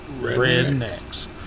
rednecks